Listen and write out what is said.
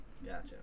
Gotcha